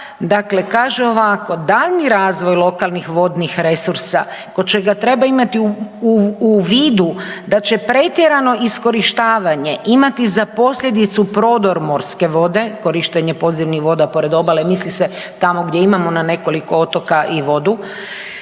dakle kaže ovako daljnji razvoj lokalnih vodnih resursa kod čega treba imati u vidu da će pretjerano iskorištavanje imati za posljedicu prodor morske vode, korištenje podzemnih voda pored obale, misli se tamo gdje imamo na nekoliko otoka i vodu.